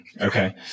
Okay